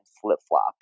flip-flop